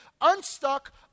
unstuck